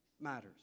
matters